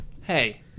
Hey